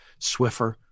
Swiffer